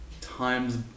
times